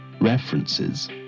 references